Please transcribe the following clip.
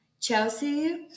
Chelsea